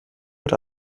mit